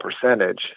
percentage